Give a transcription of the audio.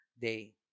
day